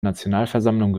nationalversammlung